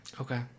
Okay